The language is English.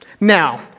Now